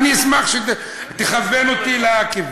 אני אשמח שתכוון אותי לכיוון.